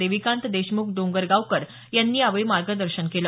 देविकांत देशमुख डोंगरगांवकर यांनी मार्गदर्शन केले